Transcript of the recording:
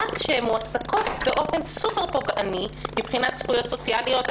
רק שהן מועסקות בהעסקה סופר פוגענית מבחינת זכויות סוציאליות.